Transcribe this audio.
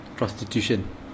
prostitution